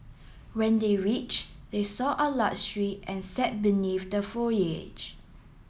when they reached they saw a lot tree and sat beneath the foliage